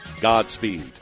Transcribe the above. Godspeed